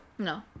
No